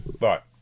right